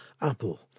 Apple